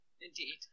Indeed